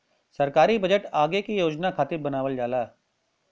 सरकारी बजट आगे के योजना खातिर बनावल जाला